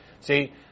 See